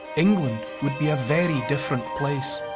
england would be a very different place.